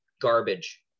garbage